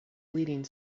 leading